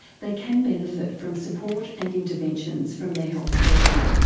they can benefit from support and interventions from their healthcare giver.